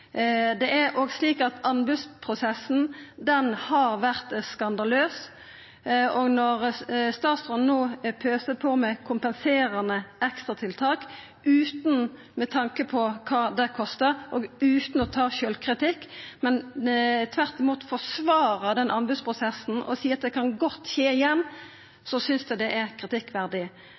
Det er òg slik at anbodsprosessen har vore skandaløs, og når statsråden no pøser på med kompenserande ekstratiltak utan tanke på kva det kostar og utan å ta sjølvkritikk, men tvert imot forsvarar den prosessen og seier at det godt kan skje igjen, synest eg det er kritikkverdig.